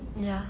ya